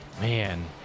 Man